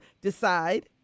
decide